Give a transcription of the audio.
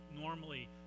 normally